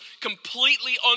completely